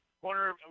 Corner